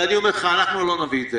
ואני אומר לך שאנחנו לא נביא את זה